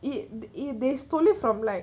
it it they stole it from like